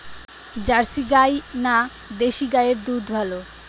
Jersey গাই না দেশী গাইয়ের দুধ ভালো?